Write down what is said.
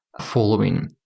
following